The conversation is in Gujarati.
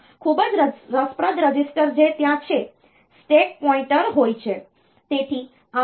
બીજું ખૂબ જ રસપ્રદ રજિસ્ટર જે ત્યાં છે સ્ટેક પોઇન્ટર હોય છે